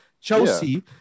Chelsea